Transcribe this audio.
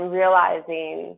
realizing